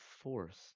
force